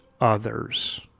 others